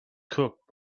cooked